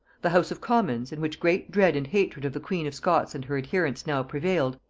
the house of commons, in which great dread and hatred of the queen of scots and her adherents now prevailed,